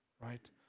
right